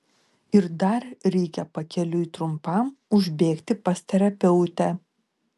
ir dar reikia pakeliui trumpam užbėgti pas terapeutę